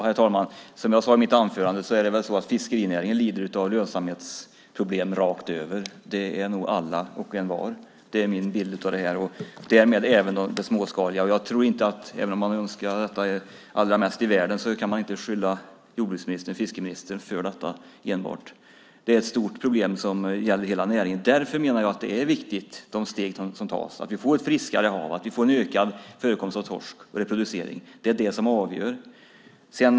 Herr talman! Som jag sade i mitt anförande är det väl så att fiskerinäringen lider av lönsamhetsproblem rakt över. Det gäller nog alla och envar. Det är min bild av det här. Det gäller även det småskaliga. Och jag tror att även om man skulle önska detta allra mest i världen kan man inte beskylla enbart jordbruksministern, fiskeministern, för detta. Det är ett stort problem som gäller hela näringen. Därför menar jag att de steg som tas är viktiga: att vi får ett friskare hav, att vi får en ökad förekomst och reproducering av torsk. Det är det som avgör.